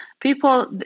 People